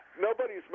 Nobody's